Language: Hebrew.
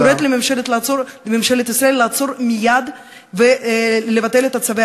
אז אני קוראת לממשלת ישראל לעצור מייד ולבטל את צווי